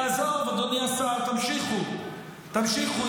תעזוב, אדוני השר, תמשיכו, תמשיכו.